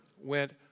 went